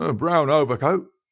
ah brown overcoat.